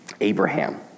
Abraham